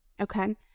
Okay